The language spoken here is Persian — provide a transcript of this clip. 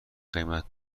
قیمت